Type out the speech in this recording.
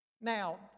Now